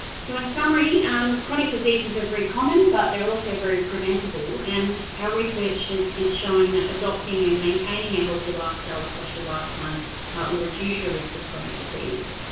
so in summary, and chronic diseases are very common, but they're also very preventable. and our research is is showing that adopting and maintaining a healthy lifestyle across your lifetime will reduce your risk of chronic disease.